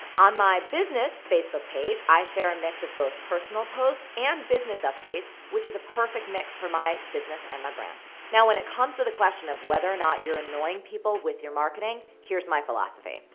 on my business facebook page, i share a mix of both personal posts and business which is a perfect mix for my business and my brand. now when it comes the question of whether or not you're annoying people with your marketing here's my philosophy.